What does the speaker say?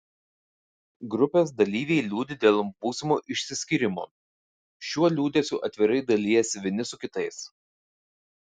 grupės dalyviai liūdi dėl būsimo išsiskyrimo šiuo liūdesiu atvirai dalijasi vieni su kitais